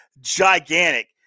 gigantic